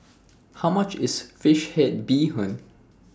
How much IS Fish Head Bee Hoon